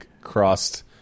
crossed